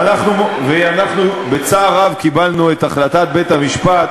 ואנחנו בצער רב קיבלנו את החלטת בית-המשפט